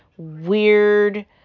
weird